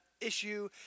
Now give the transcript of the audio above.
issue